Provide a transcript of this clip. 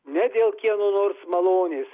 ne dėl kieno nors malonės